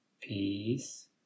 peace